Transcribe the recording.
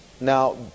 now